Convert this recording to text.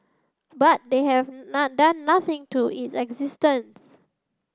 but they have not done nothing to its existence